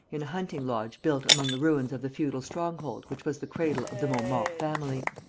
in a hunting-lodge built among the ruins of the feudal stronghold which was the cradle of the montmaur family.